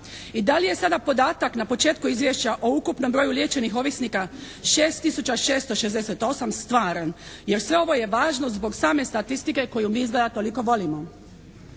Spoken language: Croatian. I da li je sada podatak na početku izvješća o ukupnom broju liječenih ovisnika 6 tisuća 668 stvaran? Jer sve ovo je važno zbog same statistike koju mi izgleda toliko volimo.